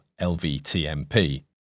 LVTMP